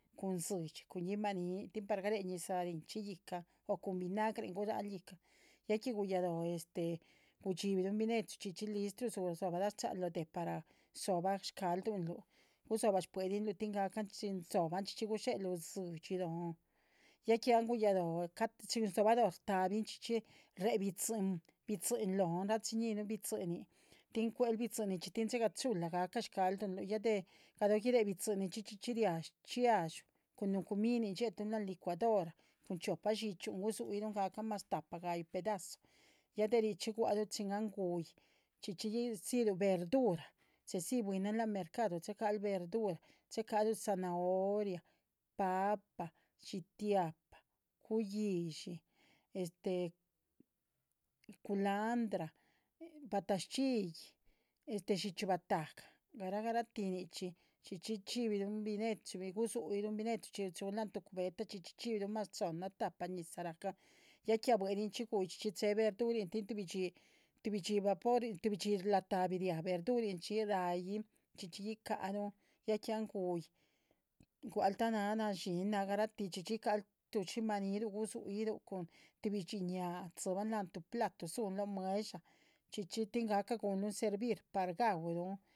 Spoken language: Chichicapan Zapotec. Cun dzidxi cun yiimanii tin par garia ñisa nixhi yihcan o cun vinagren gularú yihcan ya que guyalu gudxi’birun binechu chixíchi listrula zoba chxarú loh deh par zo’ba caldu’rú gusobarú bue´lahlu ya que chxi zo’ban lo cxhí chxíchi gucharú dzidxi lonh, chin rsobalo rstabin horcxhi riah bicxhiin lonh tiim cuero bixtin cueru bixchinincxh, tin siga chula yiría scalduru chxíchi riah shchxiadxú, cun cuminin chxietún lanh licuadora un choopa dxíchyu gusuirún gacan más taapa, ga´yu pedazu ya de rixchi guaru chin anh guiinn, chxhíchi siru verdura, chxe si buiin lanh mercadu, checaru verdura, checarú zanahoria, papa, yhitiapa, cuisxhi, culandra, bataschxii, dxíchyu bataga, garagati nichxi, chxíxhi sxhibirun bine chu. gusuirun, chxichi hun lanh tu cubeta, chcíchi xhibirun mas choona taapa ñisa racán ya que a bualachi guíih, chxíchi che verdura tin tubi´chi vaporin, tuhbicxhi latabi ria verdurichxín rain, chxíchi gicarun ya que anh guiin wuhalu ta nallinh garati chxíchi, guicarú tu yiimaniilu gusuirún tubi dxhiña chivan lo tu platu, chivan lo muesha, chxíxhi gunlun servir par gaulun.